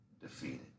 defeated